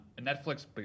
Netflix